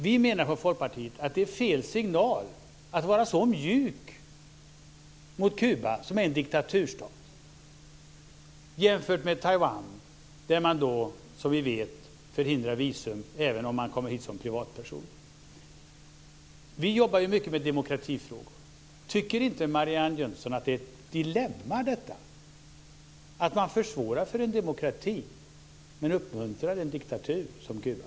Vi menar från Folkpartiet att det är fel signal att vara så mjuk mot Kuba, som är en diktaturstat, jämfört med mot Taiwan. Sverige förhindrar att visum ges till den som vill komma hit även som privatperson. Vi jobbar mycket med demokratifrågor. Tycker inte Marianne Jönsson att det är ett dilemma att man försvårar för en demokrati men uppmuntrar en diktatur som Kuba?